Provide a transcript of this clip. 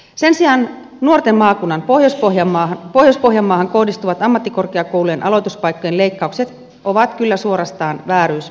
sen sijaan nuorten maakuntaan pohjois pohjanmaahan kohdistuvat ammattikorkeakoulujen aloituspaikkojen leikkaukset ovat kyllä suorastaan vääryys pohjoista kohtaan